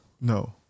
No